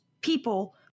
people